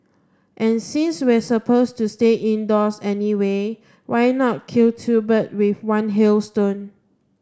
and since we supposed to stay indoors anyway why not kill two bird with one hailstone